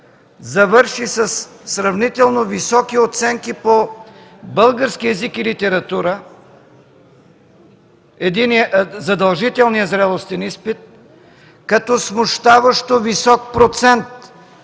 завърши със сравнително високи оценки по български език и литература – задължителният зрелостен изпит, като смущаващо висок процент